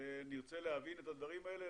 נרצה להבין את הדברים האלה,